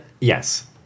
yes